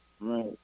Right